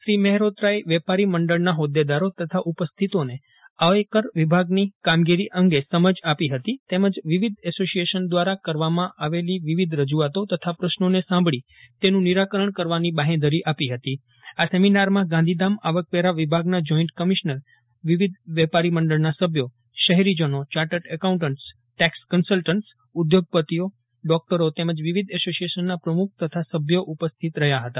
શ્રી મેહરોત્રાએ વેપારી મંડળના હોદ્દિદારો તથા ઉપસ્થિતોને આયકર વિભાગની કામગીરીઅંગે સમજ આપી હતી તેમજ વિવિધ એસોસિયેશન દ્વારા કરવામાં આવેલી વિવિધ રજૂઆતો તથા પ્રશ્નોને સાંભળી તેનું નિરાકરણ કરવાની બાંહેધરી આપી હતી આ સેમિનારમાં ગાં ધીધામ આવકવેરા વિભાગના જોઈન્ટ કમિશનર વિવિધ વેપારી મંડળના સભ્યો શહેરીજનો ચાર્ટર્ડ એકાઉન્ટન્ટ્સ ટેક્સ કન્સલ્ટન્ટ ઉદ્યોગપતિઓ ડોક્ટરો તેમજ વિવિધ એસોસિયેશનના પ્રમુખ તથા સભ્યો ઉપસ્થિત રહ્યા હતા